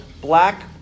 black